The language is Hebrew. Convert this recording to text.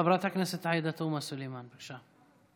חברת הכנסת עאידה תומא סלימאן, בבקשה.